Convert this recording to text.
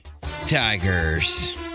Tigers